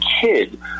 kid